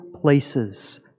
places